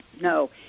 No